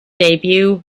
debut